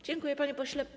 Dziękuję, panie pośle.